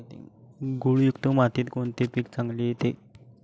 गाळयुक्त मातीत कोणते पीक चांगले येते?